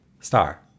Star